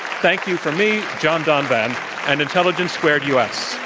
thank you from me, john donvan and intelligence squared u.